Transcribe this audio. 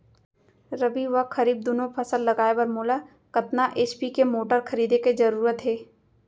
रबि व खरीफ दुनो फसल लगाए बर मोला कतना एच.पी के मोटर खरीदे के जरूरत हे?